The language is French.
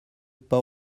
pas